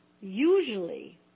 Usually